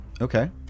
Okay